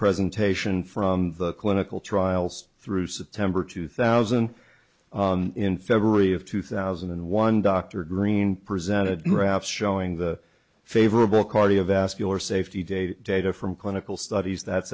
presentation from the clinical trials through september two thousand in february of two thousand and one dr green presented graphs showing the favorable cardiovascular safety data data from clinical studies that